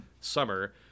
summer